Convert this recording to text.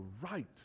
right